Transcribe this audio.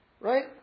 Right